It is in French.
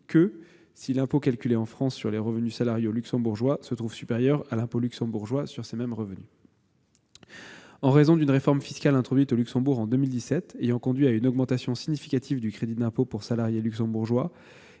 que si l'impôt calculé en France sur les revenus salariaux luxembourgeois se trouve supérieur à l'impôt luxembourgeois sur ces mêmes revenus. En raison d'une réforme fiscale introduite au Luxembourg en 2017 ayant conduit à une augmentation significative du crédit d'impôt pour les salariés luxembourgeois,